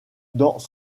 dans